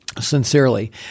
sincerely